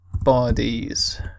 bodies